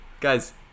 guys